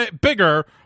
bigger